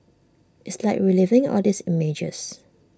it's like reliving all those images